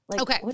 Okay